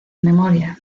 memoria